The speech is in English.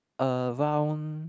around